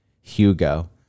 Hugo